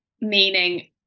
meaning